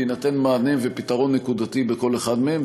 ויינתנו מענה ופתרון מקצועי בכל אחד מהם.